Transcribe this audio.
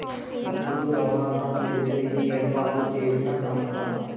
సరుకులు రవాణా చేసేకి ఏర్పాటు చేసిన సంస్థ